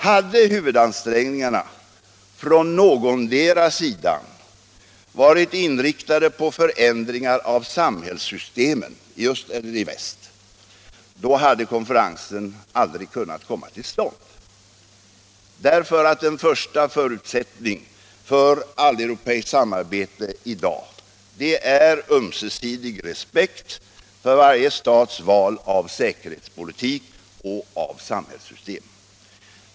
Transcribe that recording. Hade huvudansträngningarna från någondera sidan varit inriktade på förändringar av samhällssystemen -— i öst eller väst — hade konferensen inte kunnat komma till stånd. En första förutsättning för alleuropeiskt samarbete i dag är ömsesidig respekt för varje stats val av säkerhetspolitik och samhällssystem.